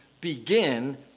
begin